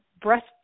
breast